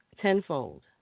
tenfold